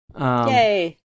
Yay